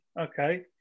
Okay